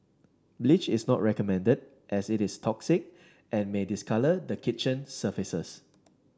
bleach is not recommended as it is toxic and may discolour the kitchen surfaces